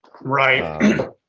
Right